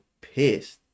pissed